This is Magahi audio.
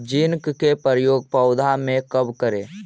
जिंक के प्रयोग पौधा मे कब करे?